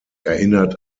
erinnert